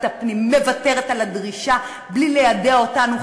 הפנים מוותרת על הדרישה בלי ליידע אותנו,